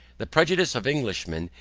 the prejudice of englishmen,